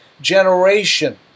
generation